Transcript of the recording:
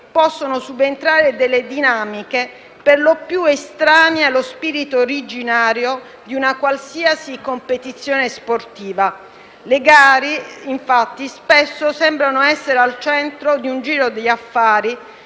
Le gare, infatti, spesso sembrano essere al centro di un giro di affari,